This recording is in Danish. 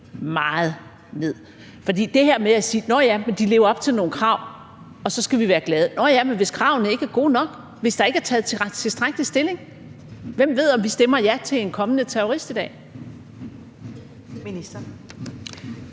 meget ned. For man kan sige: Nå, ja, men de lever op til nogle krav, og så skal vi være glade, men hvis kravene ikke er gode nok, hvis der ikke er taget tilstrækkelig stilling, hvem ved så, om vi stemmer ja til en kommende terrorist i dag? Kl.